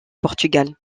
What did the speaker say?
portugal